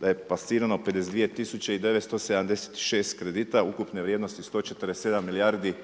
da je …/Govornik se ne razumije./… 52 tisuće i 976 kredita ukupne vrijednosti 147 milijardi